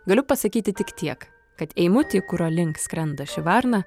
galiu pasakyti tik tiek kad eimutį kurio link skrenda ši varna